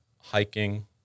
Hiking